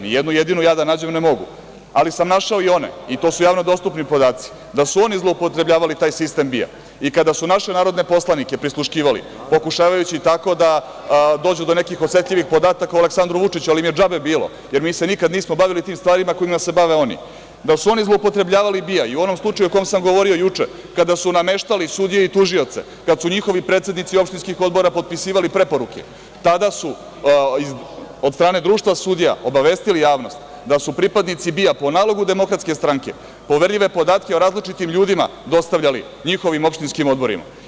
Ni jednu jedinu ne mogu da nađem, ali našao sam ove i to su javno dostupni podaci, da su oni zloupotrebljavali sistem BIA i kada su naše narodne poslanike prisluškivali, pokušavajući tako da dođu do nekih osetljivih podataka o Aleksandru Vučiću, ali im je bilo džabe jer mi se nikada nismo bavili tim stvarima kojima se bave oni, da su oni zloupotrebljavali BIA i o onom slučaju o kome sam govorio juče kada su nameštali sudije i tužioce, kada su njihovi predsednici opštinskih odbora potpisivali preporuke, kada su od strane Društva Srbija obavestili javnost da su pripadnici BIA po nalogu DS poverljive podatke o različitim ljudima dostavljali njihovim opštinskim odborima.